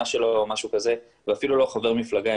שלו או משהו כזה ואפילו לא חבר מפלגה,